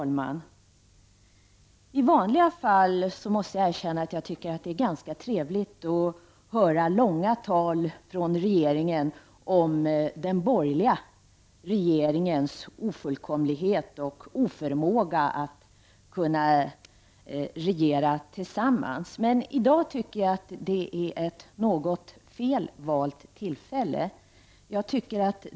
Herr talman! Jag måste erkänna att jag i vanliga fall tycker att det är ganska trevligt att höra långa tal från regeringen om borgerliga regeringars ofullkomligheter och oförmåga att regera. Jag finner dock dagens debatt vara fel valt tillfälle för sådana utläggningar.